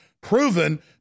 proven